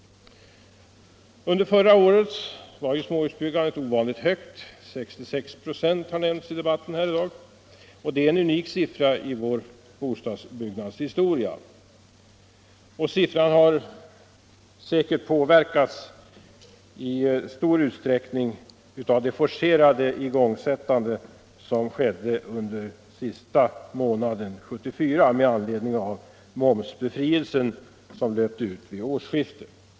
Under förra året var småhusbyggandet ovanligt högt. 66 96 har nämnts i debatten här i dag. Det är en unik siffra i vår bostadsbyggnadshistoria. Siffran har säkert i stor utsträckning påverkats av det forcerade igångsättande som skedde under sista månaden 1974 med anledning av att momsbefrielsen löpte ut vid årsskiftet.